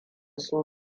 su